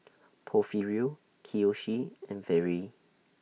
Porfirio Kiyoshi and Vere